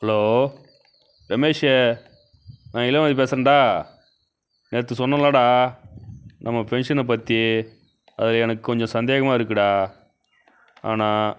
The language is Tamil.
ஹலோ ரமேஷ் நான் இளமதி பேசுகிறேன்டா நேற்று சொன்னலேடா நம்ம பென்ஷனை பற்றி அது எனக்கு கொஞ்சம் சந்தேகமாக இருக்குடா ஆனால்